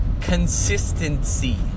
Consistency